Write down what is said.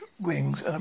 wings